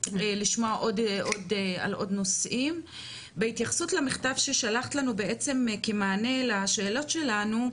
לשמוע על עוד נושאים בהתייחסות למכתב ששלחת לנו בעצם כמענה לשאלות שלנו,